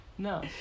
No